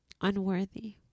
unworthy